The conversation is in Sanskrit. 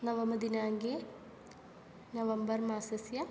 नवमदिनाङ्के नवम्बर् मासस्य